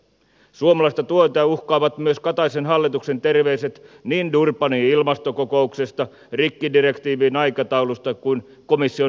suomalaista työtä uhkaavat myös kataisen hallituksen terveiset niin durbanin ilmastokokouksesta rikkidirektiivin aikataulusta kuin myös komission dieselverosta